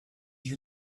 you